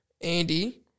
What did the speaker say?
Andy